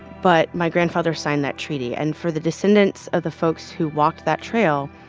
but my grandfather signed that treaty. and for the descendants of the folks who walked that trail,